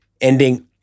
ending